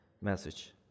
message